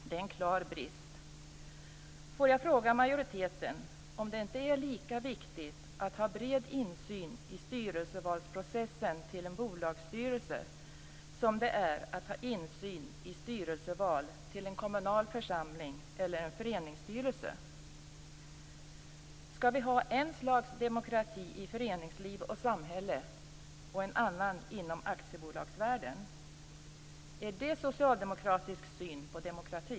Det är en klar brist. Får jag fråga majoriteten om det inte är lika viktigt att ha bred insyn i processen runt styrelseval till en bolagsstyrelse som det är att ha insyn i styrelseval till en kommunal församling eller en föreningsstyrelse. Skall vi ha en slags demokrati i föreningsliv och samhälle och en annan inom aktiebolagsvärlden? Är det socialdemokratisk syn på demokrati?